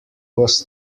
was